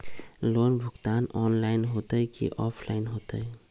Loan भुगतान online होतई कि ऑफलाइन होतई?